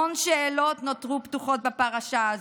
המון שאלות נותרו פתוחות בפרשה הזאת.